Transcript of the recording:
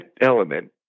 element